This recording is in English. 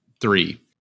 three